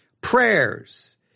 prayers